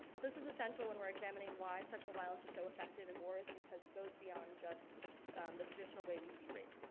so this is essential when we're examining why sexual violence is so effective in wars, because it goes beyond just the traditional way we see rape.